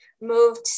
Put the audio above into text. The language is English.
moved